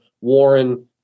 Warren